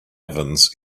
ovens